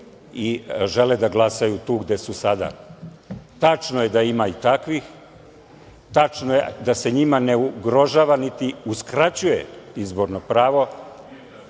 i žele da glasaju tu gde su sada. Tačno je da ima i takvih, tačno je da se njima ne ugrožava, niti uskraćuje izborno pravo.